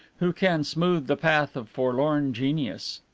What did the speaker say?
who can smooth the path of forlorn genius?